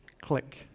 Click